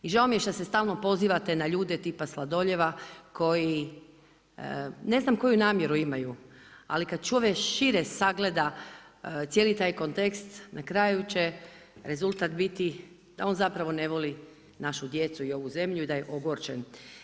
I žao mi je šta se stalno pozivate na ljude tipa Sladoljeva koji ne znam koju namjeru imaju ali kada čovjek šire sagleda cijeli taj kontekst na kraju će rezultat biti da on zapravo ne voli našu djecu i ovu zemlju i da je ogorčen.